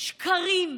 שקרים,